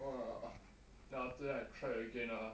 !wah! then after that I try again ah